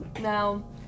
Now